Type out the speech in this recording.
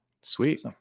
sweet